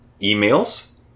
emails